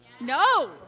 no